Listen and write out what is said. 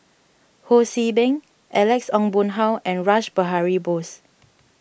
Ho See Beng Alex Ong Boon Hau and Rash Behari Bose